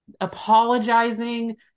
apologizing